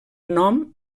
nom